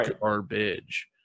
garbage